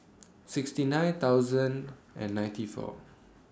sixty nine thousand and ninety four